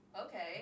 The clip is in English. okay